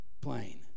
plain